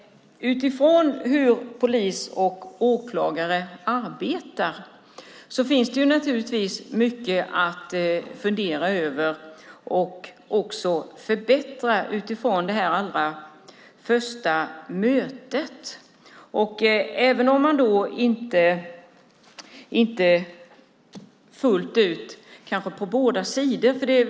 Det finns naturligtvis mycket att fundera över när det gäller hur polis och åklagare arbetar med det allra första mötet. Där finns det mycket att förbättra.